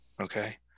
okay